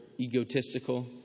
egotistical